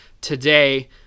today